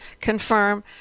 confirm